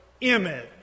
image